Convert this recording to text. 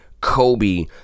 Kobe